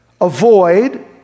avoid